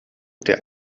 der